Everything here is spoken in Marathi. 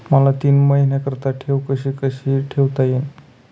मला तीन महिन्याकरिता ठेव कशी ठेवता येईल?